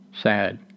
Sad